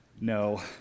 No